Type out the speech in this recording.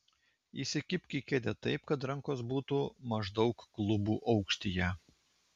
įsikibk į kėdę taip kad rankos būtų maždaug klubų aukštyje